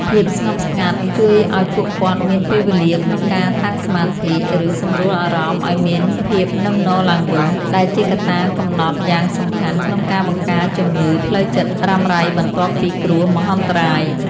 ភាពស្ងប់ស្ងាត់ជួយឱ្យពួកគាត់មានពេលវេលាក្នុងការតាំងសមាធិ ឬសម្រួលអារម្មណ៍ឱ្យមានភាពនឹងនរឡើងវិញ ដែលជាកត្តាកំណត់យ៉ាងសំខាន់ក្នុងការបង្ការជំងឺផ្លូវចិត្តរ៉ាំរ៉ៃបន្ទាប់ពីគ្រោះមហន្តរាយ។